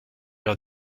leur